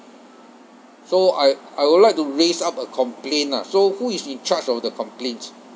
so I I would like to raise up a complaint lah so who is in charge of the complaints